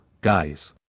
guys